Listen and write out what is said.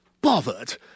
bothered